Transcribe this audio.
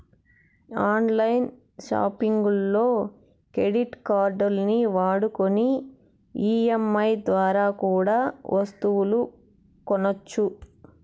on line సాపింగుల్లో credit కార్డుల్ని వాడుకొని ఈ.ఎం.ఐ దోరా కూడా ఒస్తువులు కొనొచ్చు